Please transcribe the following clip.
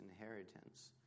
inheritance